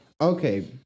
Okay